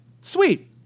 Sweet